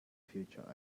future